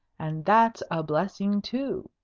and that's a blessing too,